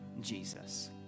Jesus